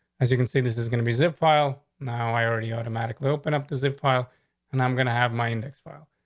as you can see, this is going to be zip file. now, i already automatically open up the zip file and i'm gonna have my index file.